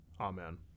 Amen